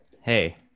Hey